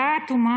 datuma